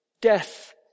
Death